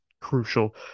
crucial